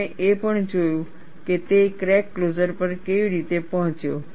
આપણે એ પણ જોયું કે તે ક્રેક ક્લોઝર પર કેવી રીતે પહોંચ્યો